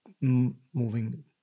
moving